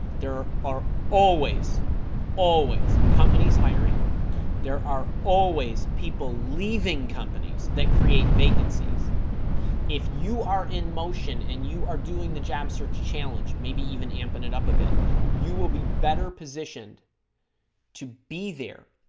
there are are always always companies hiring there are always people leave companies that create vacancies if you are in motion and you are doing the job search challenge maybe even amping it up a bit you will be better positioned to be there